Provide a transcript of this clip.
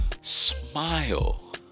smile